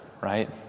right